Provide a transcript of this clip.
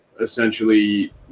essentially